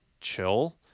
chill